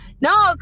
No